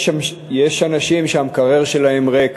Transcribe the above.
יש אנשים שהמקרר שלהם ריק.